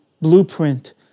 blueprint